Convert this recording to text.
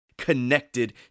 connected